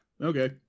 Okay